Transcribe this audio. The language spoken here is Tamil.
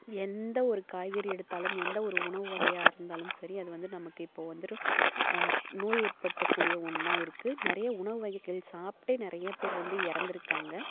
எந்த ஒரு காய்கறி எடுத்தாலும் எந்த ஒரு உணவு வகையாக இருந்தாலும் சரி அது வந்துட்டு நமக்கு இப்போது வந்துட்டு நோய் ஏற்படுத்தக்கூடிய ஒன்றா இருக்குது நிறைய உணவு வகைகள் சாப்பிட்டு நிறைய பேர் வந்து இறந்துருக்காங்க